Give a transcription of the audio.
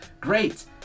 great